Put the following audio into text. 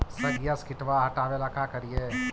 सगिया से किटवा हाटाबेला का कारिये?